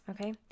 okay